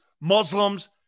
Muslims